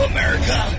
America